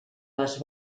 les